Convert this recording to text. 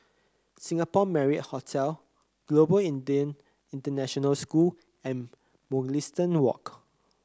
Singapore Marriott Hotel Global Indian International School and Mugliston Walk